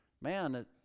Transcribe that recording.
man